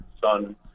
son